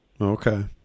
Okay